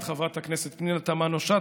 את חברת הכנסת פנינה תמנו-שטה,